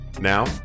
Now